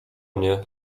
mnie